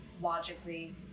logically